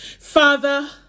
Father